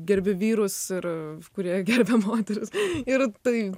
gerbiu vyrus ir kurie gerbia moteris ir tai